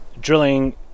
Drilling